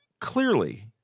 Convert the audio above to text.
clearly